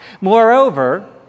Moreover